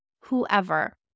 whoever